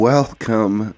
Welcome